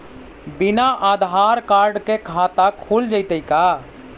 बिना आधार कार्ड के खाता खुल जइतै का?